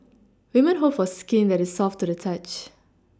women hope for skin that is soft to the touch